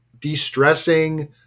de-stressing